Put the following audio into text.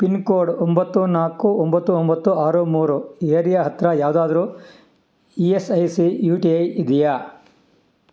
pin code ಒಂಬತ್ತು ನಾಲ್ಕು ಒಂಬತ್ತು ಒಂಬತ್ತು ಆರು ಮೂರು ಏರಿಯಾ ಹತ್ತಿರ ಯಾವುದಾದ್ರು E S I C U T I ಇದೆಯಾ